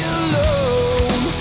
alone